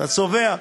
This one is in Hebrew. אתה צובע.